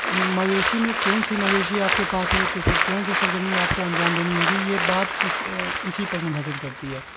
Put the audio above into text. مویشی میں کون سی مویشی آپ کے پاس ہے تو پھر کون سی سرگرمی آپ کو انجام دینی ہوگی یہ بات اس اسی پر منحصر کرتی ہے